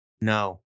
No